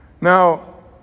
Now